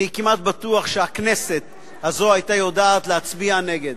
אני כמעט בטוח שהכנסת הזאת היתה יודעת להצביע נגד.